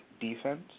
defense